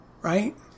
Right